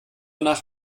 nach